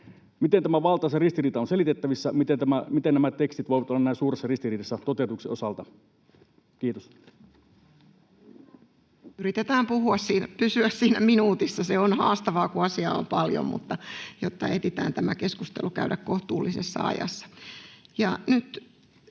Miten tämä valtaisa ristiriita on selitettävissä, miten nämä tekstit voivat olla näin suuressa ristiriidassa toteutuksen osalta? — Kiitos. Yritetään pysyä siinä minuutissa — se on haastavaa, kun asiaa on paljon —, jotta ehditään tämä keskustelu käydä kohtuullisessa ajassa.